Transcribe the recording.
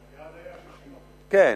כי היעד היה 60%. כן.